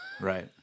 Right